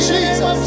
Jesus